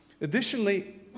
Additionally